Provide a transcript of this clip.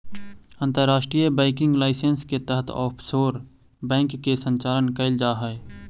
अंतर्राष्ट्रीय banking licence के तहत ऑफशोर बैंक के संचालन कैल जा हइ